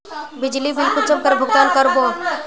बिजली बिल कुंसम करे भुगतान कर बो?